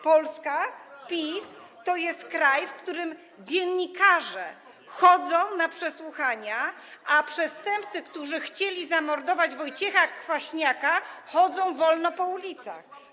Polska PiS to jest kraj, w którym dziennikarze chodzą na przesłuchania, a przestępcy, którzy chcieli zamordować Wojciecha Kwaśniaka, chodzą wolno po ulicach.